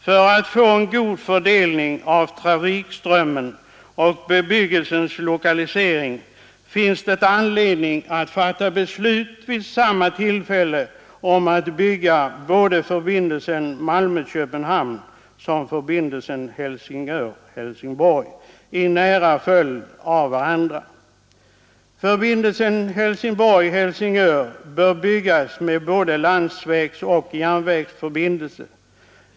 För att få en god fördelning av trafikströmmen och bebyggelsens lokalisering finns det anledning att fatta beslut vid samma tillfälle om att bygga både förbindelsen Malmö—Köpenhamn och förbindelsen Helsingborg—-Helsing ör, nära följda på varandra. Förbindelsen Helsingborg—Helsingör bör byggas med både landsvägsoch järnvägsförbindelser.